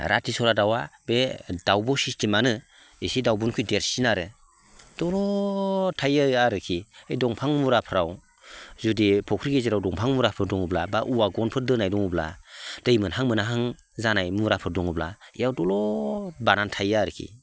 रातिसरा दाउआ बे दाउब' सिस्टेमानो एसे दाउब'निख्रुइ देरसिन आरो दलद थायो आरोखि ओइ दंफां मुराफ्राव जुदि फख्रि गेजेराव दंफां मुराफोर दङब्ला बा औवा गनफोर दोननाय दङब्ला दै मोनहां मोनहां जानाय मुराफोर दङब्ला बेयाव दलद बानानै थायो आरोकि